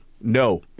no